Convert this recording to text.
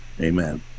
Amen